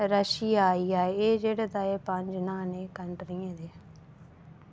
Russia आई गेआ एह् जेह्डे़ पंज नांऽ न कंट्रियें दे